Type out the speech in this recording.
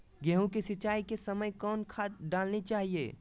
गेंहू के सिंचाई के समय कौन खाद डालनी चाइये?